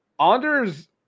Anders